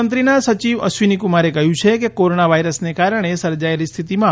મુખ્યમંત્રીના સચિવ અશ્વિની કુમારે કહ્યું છે કે કોરોના વાયરસને કારણે સર્જાયેલી સ્થિતિમાં